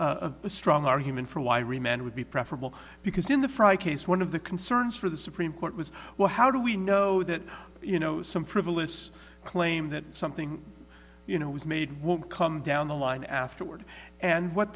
a strong argument for why remand would be preferable because in the fry case one of the concerns for the supreme court was well how do we know that you know some frivolous claim that something you know was made won't come down the line afterward and what